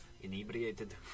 Inebriated